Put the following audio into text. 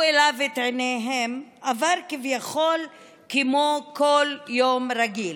אליו את עיניהם עבר כביכול כמו כל יום רגיל.